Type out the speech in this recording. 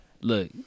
Look